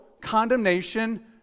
condemnation